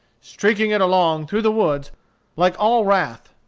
streaking it along through the woods like all wrath.